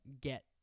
get